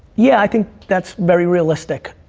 yeah, i think that's very realistic.